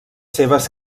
seves